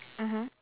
mmhmm